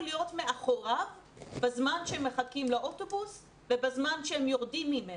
להיות מאחוריו בזמן שהם מחכים לאוטובוס ובזמן שהם יורדים ממנו.